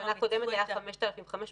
--- היה 5,500